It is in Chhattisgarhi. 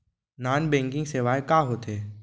नॉन बैंकिंग सेवाएं का होथे?